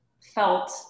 felt